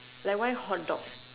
like why hotdog